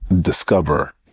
discover